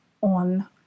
on